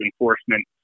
enforcement